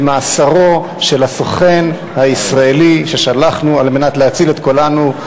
למאסרו של הסוכן הישראלי ששלחנו על מנת להציל את כולנו,